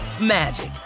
magic